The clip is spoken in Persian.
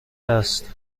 است